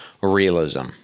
realism